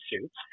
suits